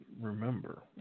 remember